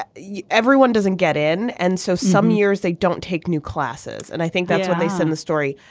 ah yeah everyone doesn't get in and so some years they don't take new classes. and i think that's what they send the story.